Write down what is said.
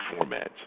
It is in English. formats